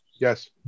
Yes